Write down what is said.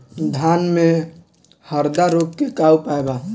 धान में हरदा रोग के का उपाय बा?